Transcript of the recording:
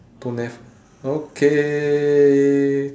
don't have okay